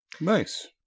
Nice